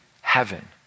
heaven